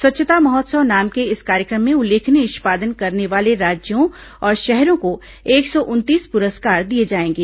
स्वच्छता महोत्सव नाम के इस कार्यक्रम में उल्लेखनीय निष्पादन करने वाले राज्यों और शहरों को एक सौ उनतीस पुरस्कार दिये जाएंगे